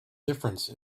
difference